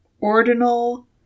ordinal